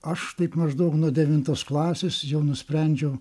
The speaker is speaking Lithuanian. aš taip maždaug nuo devintos klasės jau nusprendžiau